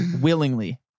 willingly